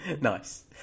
Nice